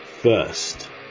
First